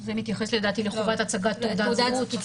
זה מתייחס לדעתי לחובת הצגת תעודת זהות.